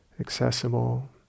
accessible